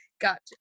got